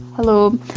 Hello